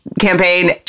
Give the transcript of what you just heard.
campaign